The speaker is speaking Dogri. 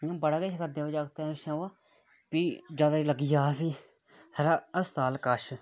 इयां बड़ा किश करदे जागत फ्ही जैदा लग्गियां हस्पताल कछ